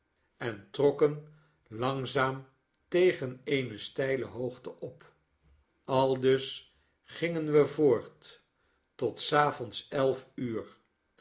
en trokken langzaam tegen eene steile hoogte op aldus gingen we voort tot s avonds elf uur